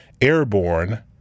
airborne